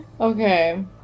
Okay